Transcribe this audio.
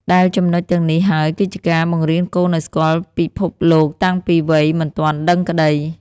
ដែលចំណុចទាំងនេះហើយគឺជាការបង្រៀនកូនឱ្យស្គាល់ពិភពលោកតាំងពីវ័យមិនទាន់ដឹងក្តី។